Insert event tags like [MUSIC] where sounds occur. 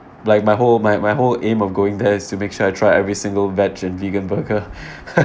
like my whole my my whole aim of going there is to make sure I try every single veg and vegan burger [LAUGHS]